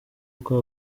bwa